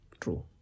True